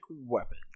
weapon